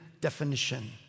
definition